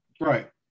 Right